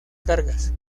cargas